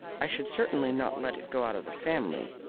i should certainly not let it go out of the family.